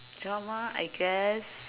drama I guess